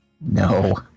No